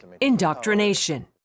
indoctrination